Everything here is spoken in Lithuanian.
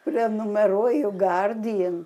prenumeruoju guardian